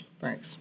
Thanks